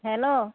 hello